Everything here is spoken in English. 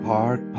Park